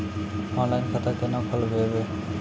Online खाता केना खोलभैबै?